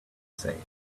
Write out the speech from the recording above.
say